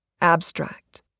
Abstract